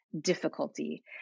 difficulty